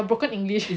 your broken english